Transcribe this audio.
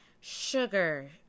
sugar